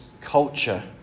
culture